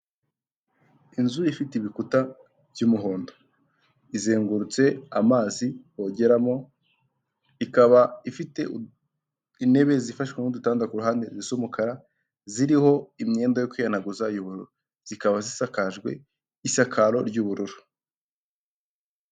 Inzu ifite ibikuta by'umuhondo izengurutse amazi bogeramo, ikaba ifite intebe zifashwa nk'udutanda ku ruhande z'umukara ziriho imyenda yo kwihanaguza y'ubururu, zikaba zisakajwe n'isakaro ry'ubururu.